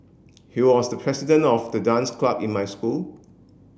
he was the president of the dance club in my school